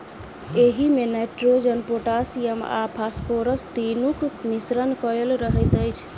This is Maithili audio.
एहिमे नाइट्रोजन, पोटासियम आ फास्फोरस तीनूक मिश्रण कएल रहैत अछि